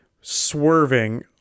Swerving